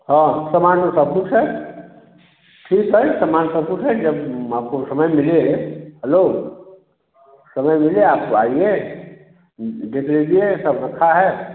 हाँ समान में सब कुछ है ठीक है समान सब कुछ है जब आपको समय मिले है हलो समय मिले आपको आइए देख लीजिए सब रखा है